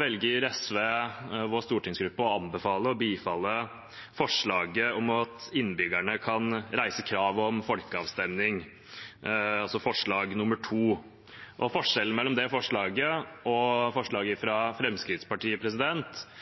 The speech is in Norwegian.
velger SVs stortingsgruppe å anbefale å bifalle forslaget om at innbyggerne kan reise krav om folkeavstemning, altså forslag nr. 2. Forskjellen mellom det forslaget og forslaget fra Fremskrittspartiet